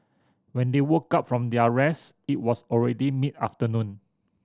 when they woke up from their rest it was already mid afternoon